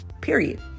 Period